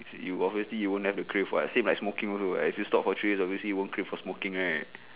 you obviously you won't have a crave [what] same like smoking also right if you stop for three years obviously you won't crave for smoking right